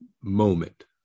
moment